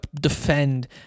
defend